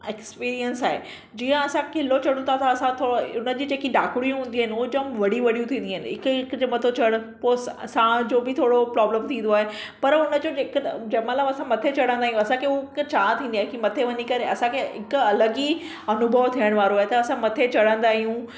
experience आहे जीअं असां क़िलो चढ़ूं था त असां थोरा उनजी जेकी ॾाकिड़ियूं हूंदी आहिनि उहे जामु वॾियूं वॾियूं थींदियूं आहिनि हिकु हिकु जे मथां चड़णु पोइ साहु साहु जो बि प्रोब्लेम थींदो आहे पर उनजो जेक त जंहिं महिल असां मथे चढ़ंदा आहियूं असांखे उ हिकु चाह थींदी आहे की मथे वञी करे असांखे हिकु अलॻि ई अनुभव थियण वारो आहे त असां मथे चढ़ंदा आहियूं